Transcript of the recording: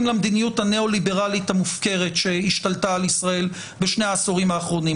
למדיניות הניאו-ליברלית שהשתלטה על ישראל בשני העשורים האחרונים.